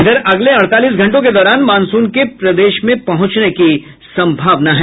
इधर अगले अड़तालीस घंटों के दौरान मानसून के प्रदेश में पहुंचने की संभावना है